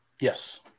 Yes